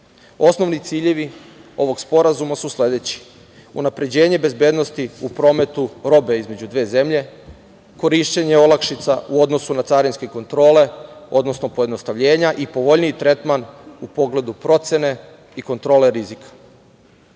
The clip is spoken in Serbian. ciljevi ovog sporazuma su sledeći: unapređenje bezbednosti u prometu robe između dve zemlje, korišćenje olakšica u odnosu na carinske kontrole, odnosno pojednostavljenja i povoljniji tretman u pogledu procene i kontrole rizika.